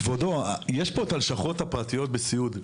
כבודו, יש פה את הלשכות הפרטיות בסיעוד.